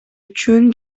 үчүн